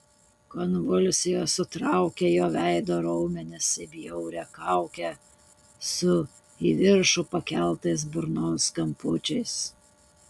konvulsijos sutraukė jo veido raumenis į bjaurią kaukę su į viršų pakeltais burnos kampučiais